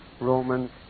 Romans